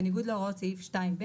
בניגוד להוראות סעיף 2(ב),